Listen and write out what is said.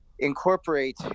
incorporate